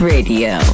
Radio